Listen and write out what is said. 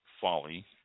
folly